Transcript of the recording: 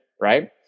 right